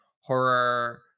horror